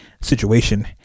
situation